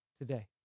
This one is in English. today